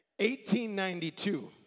1892